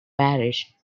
parish